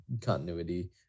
continuity